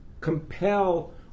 compel